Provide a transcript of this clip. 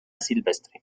silvestre